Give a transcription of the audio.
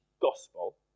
gospel